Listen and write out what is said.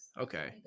Okay